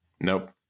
nope